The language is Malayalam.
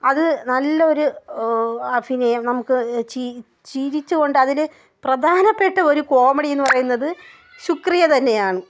അത് നല്ലൊരു അഭിനയം നമുക്ക് ചി ചിരിച്ചുകൊണ്ട് അതിൽ പ്രധാനപ്പെട്ട ഒരു കോമഡി എന്ന് പറയുന്നത് ശുക്രിയ തന്നെയാണ്